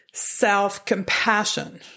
self-compassion